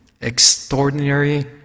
extraordinary